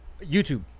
YouTube